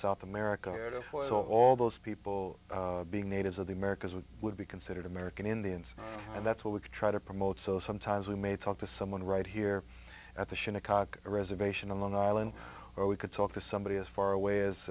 south america was all those people being natives of the americas we would be considered american indians and that's what we try to promote so sometimes we may talk to someone right here at the chicago reservation on long island or we could talk to somebody as far away as